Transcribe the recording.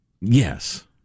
Yes